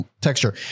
texture